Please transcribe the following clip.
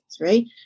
Right